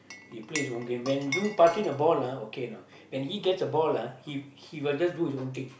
he plays own game when you passing the ball lah okay no when he gets the ball lah he he will just do his own thing